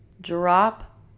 drop